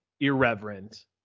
irreverent